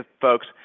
folks